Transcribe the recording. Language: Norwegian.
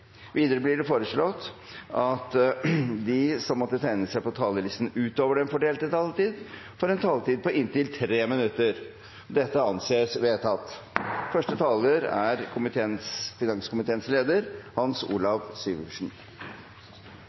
Videre blir det foreslått at de som måtte tegne seg på talerlisten utover den fordelte taletid, får en taletid på inntil 3 minutter. – Det anses vedtatt.